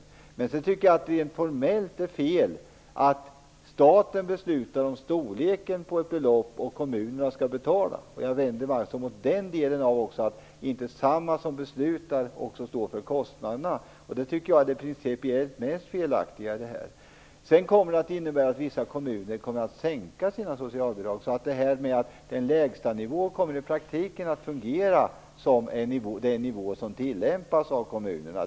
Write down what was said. Rent formellt tycker jag att det är fel att staten beslutar om storleken på ett belopp och att kommunerna skall betala. Jag vänder mig mot den delen av förslaget, att inte den som beslutar också står för kostnaderna. Det tycker jag är det principiellt mest felaktiga i förslaget. Dessutom kommer förslaget att innebära att vissa kommuner kommer att sänka sina socialbidrag, så att lägsta nivå i praktiken kommer att fungera som den nivå som tillämpas av kommunerna.